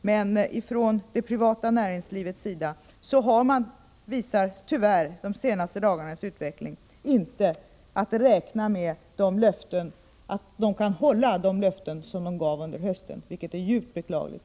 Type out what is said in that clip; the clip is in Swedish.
De senaste dagarnas utveckling visar tyvärr att man inte kan räkna med att privata näringslivet kan hålla de löften man gav under hösten, vilket är djupt beklagligt.